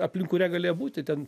aplink kurią galėjo būti ten